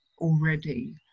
already